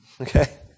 okay